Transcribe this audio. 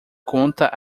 conta